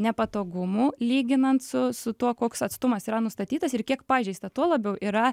nepatogumų lyginant su su tuo koks atstumas yra nustatytas ir kiek pažeista tuo labiau yra